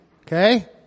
Okay